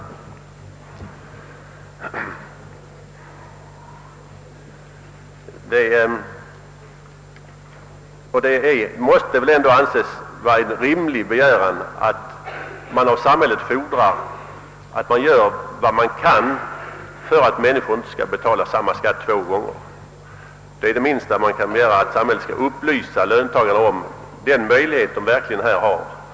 Det måste väl ändå anses rimligt att man av samhället fordrar att det gör vad som kan göras för att människor inte skall betala samma skatt två gånger. Det minsta man kan begära är att samhället skall upplysa löntagarna om den möjlighet de här har.